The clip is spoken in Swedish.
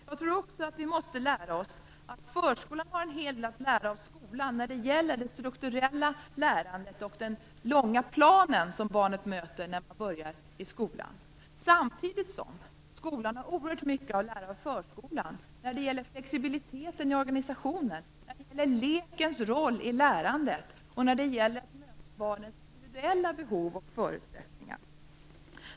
Jag tror också att vi måste lära oss att förskolan har en hel del att lära av skolan när det gäller det strukturella lärandet och den långa planen som barnet möter när barnet börjar i skolan. Samtidigt har skolan oerhört mycket att lära av förskolan när det gäller flexibiliteten i organisationen, när det gäller lekens roll i lärandet och när det gäller att möta barnens individuella behov och förutsättningar.